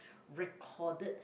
recorded